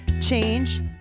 Change